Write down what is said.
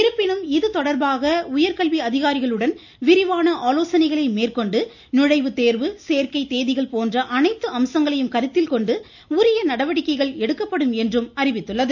இருப்பினும் இதுதொடர்பாக அதிகாரிகளுடன் விரிவான ஆலோசனைகளை மேற்கொண்டு நுழைவுத்தேதிகள் போன்ற அனைத்து அம்சங்களையும் கருத்தில் கொண்டு உரிய நடவடிக்கைகள் எடுக்கப்படும் என்றும் அறிவித்துள்ளது